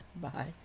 Bye